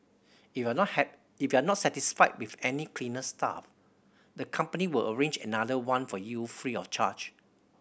if you are not if you are not satisfied with any cleaner staff the company will arrange another one for you free of charge